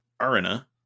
Arena